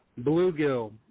bluegill